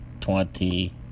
Twenty